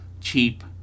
cheap